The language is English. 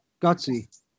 gutsy